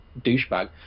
douchebag